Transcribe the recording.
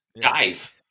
dive